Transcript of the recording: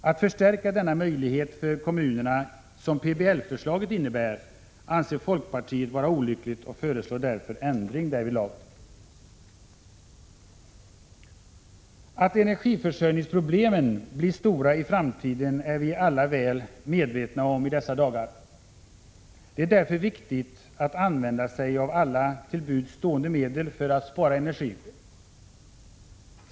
Att förstärka denna möjlighet för kommunerna, som PBL-förslaget innebär, anser folkpartiet vara olyckligt och föreslår därför ändring därvidlag. Att energiförsörjningsproblemen blir stora i framtiden är ju alla väl medvetna om i dessa dagar. Det är därför viktigt att använda sig av alla till buds stående medel för att spara energi.